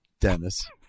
Dennis